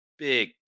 big